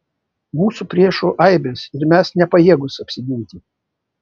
mūsų priešų aibės ir mes nepajėgūs apsiginti